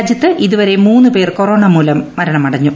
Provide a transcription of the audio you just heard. രാജ്യത്ത് ഇതുവരെ മൂന്ന് പേർ കൊറോണ മൂലം മരണമടഞ്ഞു